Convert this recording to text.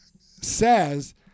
says